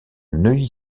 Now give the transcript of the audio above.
neuilly